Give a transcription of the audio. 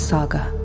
Saga